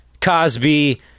Cosby